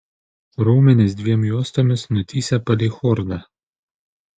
raumenys dviem juostomis nutįsę palei chordą